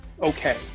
okay